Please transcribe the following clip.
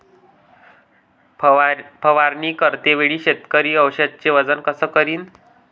फवारणी करते वेळी शेतकरी औषधचे वजन कस करीन?